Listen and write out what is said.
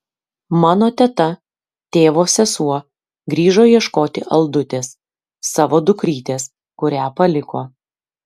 mano teta tėvo sesuo grįžo ieškoti aldutės savo dukrytės kurią paliko